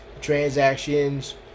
transactions